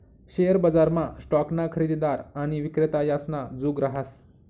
share बजारमा स्टॉकना खरेदीदार आणि विक्रेता यासना जुग रहास